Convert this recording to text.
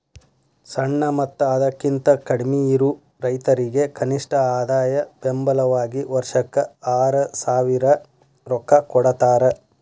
ಸಣ್ಣ ಮತ್ತ ಅದಕಿಂತ ಕಡ್ಮಿಯಿರು ರೈತರಿಗೆ ಕನಿಷ್ಠ ಆದಾಯ ಬೆಂಬಲ ವಾಗಿ ವರ್ಷಕ್ಕ ಆರಸಾವಿರ ರೊಕ್ಕಾ ಕೊಡತಾರ